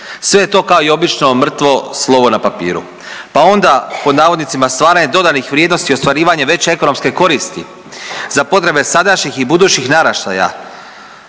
Sve je to kao i obično mrtvo slovo na papiru, pa onda pod navodnicima …/Govornik se ne razumije/…je dodatnih vrijednosti i ostvarivanje veće ekonomske koristi za potrebe sadašnjih i budućih naraštaja